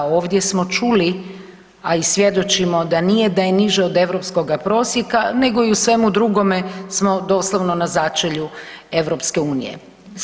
Ovdje smo čuli a i svjedočimo da nije da je niže od europskoga prosjeka, nego i u svemu drugome smo doslovno na začelju Europske unije.